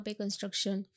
construction